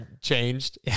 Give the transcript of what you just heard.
changed